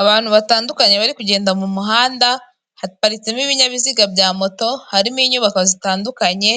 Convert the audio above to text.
Abantu batandukanye bari kugenda mu muhanda, haparitsemo ibinyabiziga bya moto, harimo inyubako zitandukanye,